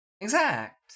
Exact